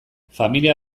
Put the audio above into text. familia